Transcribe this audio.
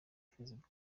facebook